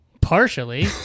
Partially